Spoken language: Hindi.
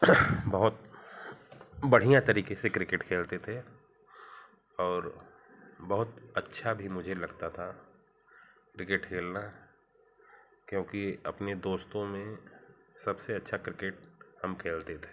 बहुत बढ़िया तरीक़े से क्रिकेट खेलते थे और बहुत अच्छा भी मुझे लगता था क्रिकेट खेलना क्योंकि अपने दोस्तों में सबसे अच्छा क्रिकेट हम खेलते थे